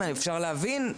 אפשר להבין.